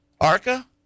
ARCA